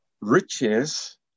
riches